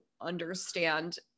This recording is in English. understand